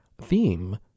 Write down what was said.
theme